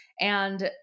and-